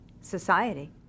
society